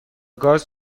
گاز